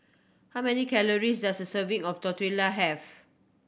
how many calories does a serving of Tortilla have